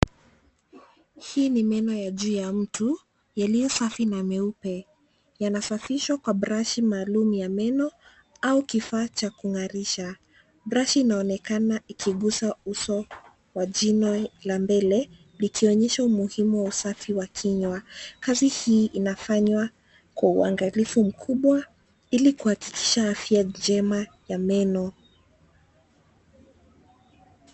Hii ni meno ya juu ya mtu yaliyo safi na meupe yanasafishwa kwa brashi maaluum ya meno au kifaa cha kungarisha .Brashi inaonekana ikigusa uso wa jino la mbele likionyesha umuhimu wa usafi wa kinywa .Kazi hii inafanywa kwa uwangalifu mkubwa ili kuhakikisha afya njema ya meno.